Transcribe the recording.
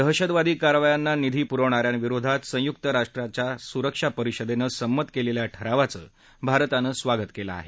दहशतवादी कारवायांना निधी पुरवणाऱ्यांविरोधात संयुक राष्ट्रांच्या सुरक्षा परिषदेनं संमत केलेल्या ठरावाचं भारतानं स्वागत केलं आहे